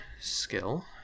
skill